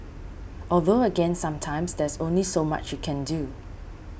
although again sometimes there's only so much you can do